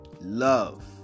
love